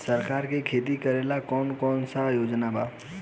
सरकार के खेती करेला कौन कौनसा योजना बा?